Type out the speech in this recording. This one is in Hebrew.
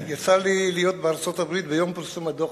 יצא לי להיות בארצות-הברית ביום פרסום הדוח,